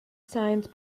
science